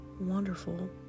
wonderful